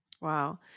wow